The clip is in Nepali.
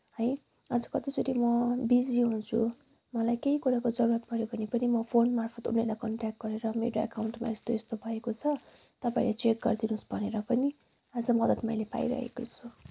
है अझ कतिचोटि म बिजी हुन्छु मलाई केही कुराको जरुरत पऱ्यो भने पनि म फोनमार्फत उनीहरूलाई कन्टेक्ट गरेर मेरो अकाउन्टमा यस्तो यस्तो भएको छ तपाईँहरूले चेक गरिदिनुहोस् भनेर पनि आज मद्दत मैले पाइरहेको छु